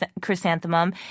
chrysanthemum